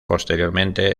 posteriormente